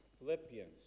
Philippians